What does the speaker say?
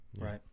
Right